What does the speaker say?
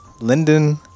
linden